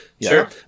Sure